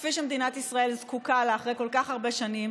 כפי שמדינת ישראל זקוקה לה אחרי כל כך הרבה שנים.